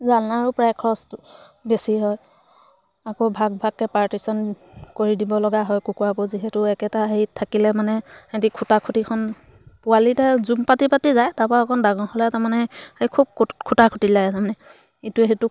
জালনাৰো প্ৰায় খৰচটো বেছি হয় আকৌ ভাগ ভাগকৈ পাৰ্টিচন কৰি দিব লগা হয় কুকুৰাবোৰ যিহেতু একেটা হেৰিত থাকিলে মানে হেৰি খুটা খুটিখন পোৱালিকেইটাই জুম পাতি পাতি যায় তাৰপৰা অকণ ডাঙৰ হ'লে তাৰমানে খুব খুটা খুটি লাগে তাৰমানে ইটোৱে সিটোক